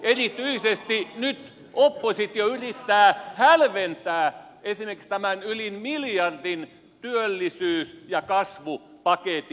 erityisesti nyt oppositio yrittää hälventää ensinnäkin tämän yli miljardin työllisyys ja kasvupaketin